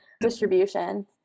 distribution